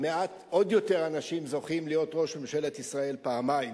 ועוד יותר מעט אנשים זוכים להיות ראש ממשלת ישראל פעמיים.